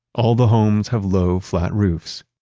all the homes have low flat roofs.